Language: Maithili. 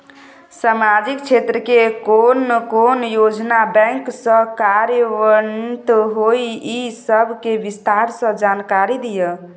सामाजिक क्षेत्र के कोन कोन योजना बैंक स कार्यान्वित होय इ सब के विस्तार स जानकारी दिय?